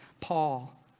Paul